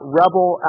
rebel